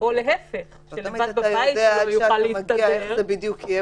--- לא תמיד אתה יודע איך זה בדיוק יהיה